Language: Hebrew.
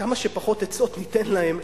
כמה שפחות עצות ניתן להם,